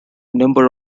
number